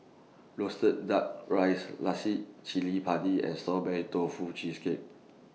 Roasted Duck Rice Cili Padi and Strawberry Tofu Cheesecake